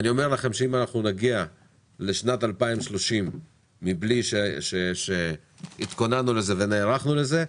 אם נגיע לשנת 2030 מבלי שהתכוננו לזה ונערכנו לזה,